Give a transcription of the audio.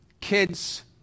kids